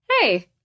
hey